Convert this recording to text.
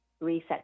reset